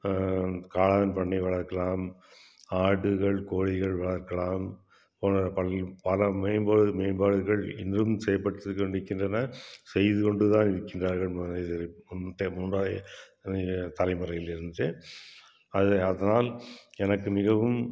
காளான் பண்ணை வளர்க்கலாம் ஆடுகள் கோழிகள் வளர்க்கலாம் பல மேம்பாடுகள் இன்றும் செயல்படுத்திக் கொண்டிருக்கின்றன செய்து கொண்டுதான் இருக்கின்றார்கள் முந்தைய தலைமுறையிலிருந்து அது அதனால் எனக்கு மிகவும்